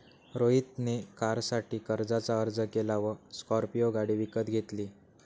रोहित ने कारसाठी कर्जाचा अर्ज केला व स्कॉर्पियो गाडी विकत घेतली